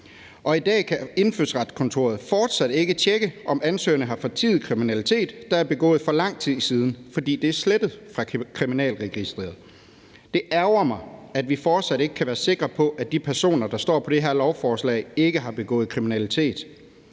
I dag kan Indfødsretskontoret fortsat ikke tjekke, om ansøgerne har fortiet kriminalitet, der er begået for lang tid siden, fordi det er slettet fra Kriminalregisteret. Det ærgrer mig, at vi fortsat ikke kan være sikre på, at de personer, der står på det her lovforslag, ikke har begået kriminalitet.